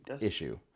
issue